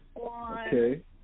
Okay